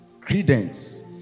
Credence